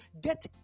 Get